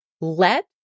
let